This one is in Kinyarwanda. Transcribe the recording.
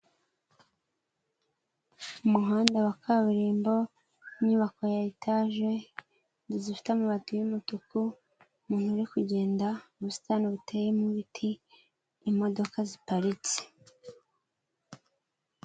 Umuhanda wa kaburimbo inyubako ya etage zifite amabati y'umutuku, umuntu uri kugenda mu busitani buteyemo ibiti, imodoka ziparitse.